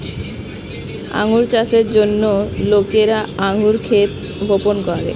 আঙ্গুর চাষের জন্য লোকেরা আঙ্গুর ক্ষেত বপন করে